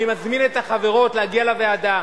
אני מזמין את החברות להגיע לוועדה.